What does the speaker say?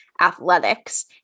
athletics